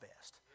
best